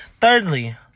Thirdly